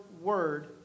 word